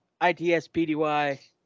itspdy